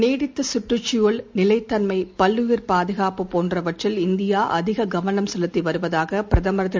நீடித்த கற்றுச்சூழல் நிலைத்தன்மை பல்லுயிர் பாதுகாப்பு போன்றவற்றில் இந்தியா அதிக கவனம் செலுத்தி வருவதாக பிரதமர் திரு